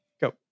go